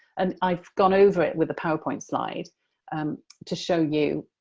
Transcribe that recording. and i've gone over it with a powerpoint slide um to show you